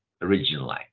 originally